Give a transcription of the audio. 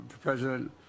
President